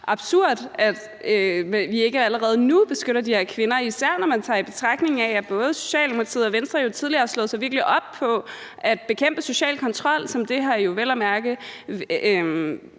absurd, at vi ikke allerede nu beskytter de her kvinder, især når man tager i betragtning, at både Socialdemokratiet og Venstre jo tidligere virkelig har slået sig op på at bekæmpe social kontrol, som det her vel at mærke